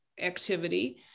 activity